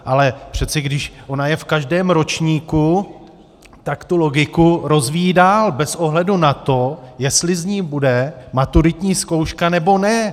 Ale přece když ona je v každém ročníku, tak tu logiku rozvíjí dál bez ohledu na to, jestli z ní bude maturitní zkouška, nebo ne.